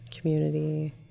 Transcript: community